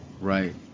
Right